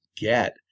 get